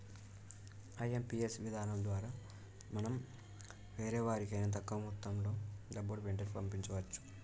IMPS విధానం ద్వారా మనం వేరెవరికైనా తక్కువ మొత్తంలో డబ్బుని వెంటనే పంపించవచ్చు